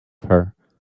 her